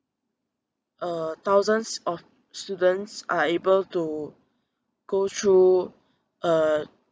uh thousands of students are able to go through uh